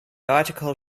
article